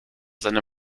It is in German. seine